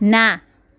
ના